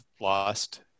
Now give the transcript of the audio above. lost